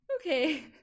Okay